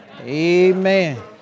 Amen